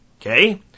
Okay